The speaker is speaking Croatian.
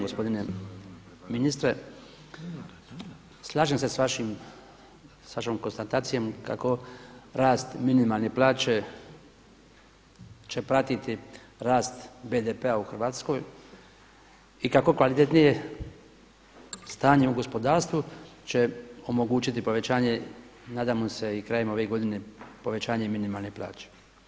Gospodine ministre, slažem se s vašom konstatacijom kako rast minimalne plaće će pratiti rast BDP-a u Hrvatskoj i kako kvalitetnije stanje u gospodarstvu će omogućiti povećanje, nadam se i krajem ove godine povećanje minimalne plaće.